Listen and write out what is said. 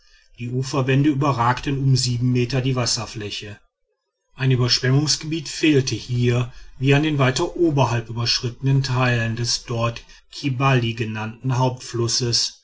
die uferwände überragten um sieben meter die wasserfläche ein überschwemmungsgebiet fehlte hier wie an den weiter oberhalb überschritten teilen des dort kibali genannten